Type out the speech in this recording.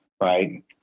right